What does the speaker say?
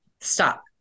stop